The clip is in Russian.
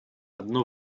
одно